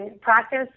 practice